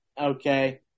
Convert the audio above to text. okay